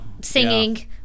singing